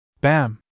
Bam